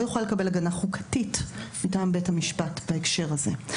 לא יוכל לקבל הגנה חוקתית מטעם בית המשפט בהקשר הזה.